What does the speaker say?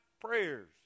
prayers